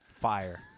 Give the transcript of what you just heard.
Fire